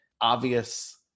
obvious